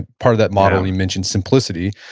part of that model, you mentioned simplicity.